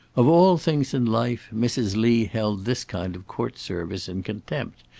of all things in life, mrs. lee held this kind of court-service in contempt,